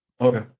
okay